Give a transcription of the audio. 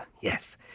Yes